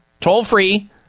Toll-free